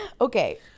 Okay